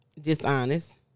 dishonest